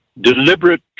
deliberate